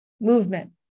movement